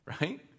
Right